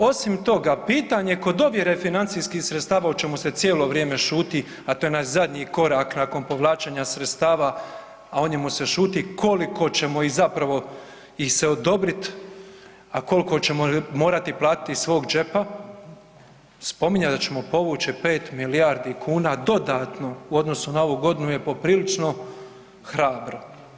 Osim toga, pitanje kod ovjere financijskih sredstava o čemu se cijelo vrijeme šuti, a to je onaj zadnji korak nakon povlačenja sredstava, a o njemu se šuti, koliko ćemo i zapravo i se odobrit, a kolko ćemo morat platiti iz svog džepa, spominjat da ćemo povući 5 milijardi kuna dodatno u odnosu na ovu godinu je poprilično hrabro.